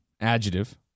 adjective